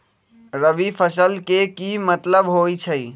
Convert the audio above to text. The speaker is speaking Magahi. रबी फसल के की मतलब होई छई?